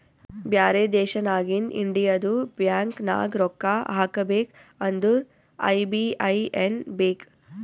ಬ್ಯಾರೆ ದೇಶನಾಗಿಂದ್ ಇಂಡಿಯದು ಬ್ಯಾಂಕ್ ನಾಗ್ ರೊಕ್ಕಾ ಹಾಕಬೇಕ್ ಅಂದುರ್ ಐ.ಬಿ.ಎ.ಎನ್ ಬೇಕ್